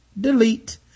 Delete